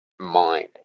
mind